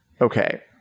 Okay